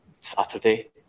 Saturday